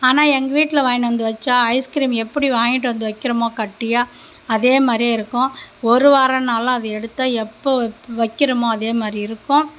ஆனால் எங்கள் வீட்டில வாங்கிகிட்டு வந்து வச்சால் ஐஸ்கிரீம் எப்படி வாங்கிட்டு வந்து வைக்கிறமோ கட்டியாக அதே மாதிரியே இருக்கும் ஒரு வாரம்னாலும் அதை எடுத்தால் எப்போ வைக்கிறமோ அதே மாதிரி இருக்கும்